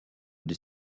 des